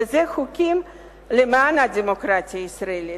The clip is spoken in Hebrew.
ואלו חוקים למען הדמוקרטיה הישראלית.